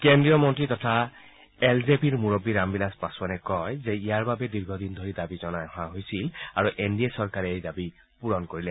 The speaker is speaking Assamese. কেন্দ্ৰীয় মন্ত্ৰী তথা এল জে পিৰ মূৰববী ৰাম বিলাস পাছোৱানে কয় যে ইয়াৰ বাবে দীৰ্ঘদিন ধৰি দাবী জনাই অহা হৈছিল আৰু এন ডি এ চৰকাৰে এই দাবী পূৰণ কৰিলে